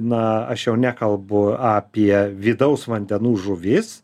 na aš jau nekalbu apie vidaus vandenų žuvis